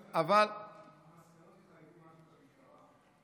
המסקנות יחייבו במשהו את המשטרה?